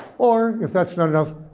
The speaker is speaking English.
or if that's not enough,